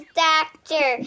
doctor